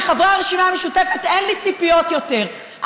מחברי הרשימה המשותפת אין לי ציפיות יותר,